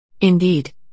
Indeed